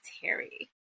Terry